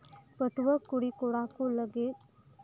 ᱯᱟᱹᱴᱷᱩᱣᱟᱹ ᱠᱩᱲᱤᱼᱠᱚᱲᱟ ᱠᱚ ᱞᱟᱹᱜᱤᱫ